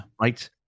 Right